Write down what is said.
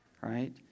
Right